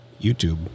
YouTube